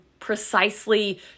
precisely